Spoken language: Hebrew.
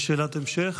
יש שאלת המשך?